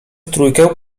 trójkę